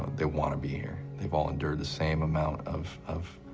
they want to be here. they've all endured the same amount of, of